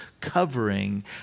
covering